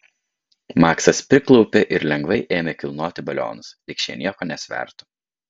maksas priklaupė ir lengvai ėmė kilnoti balionus lyg šie nieko nesvertų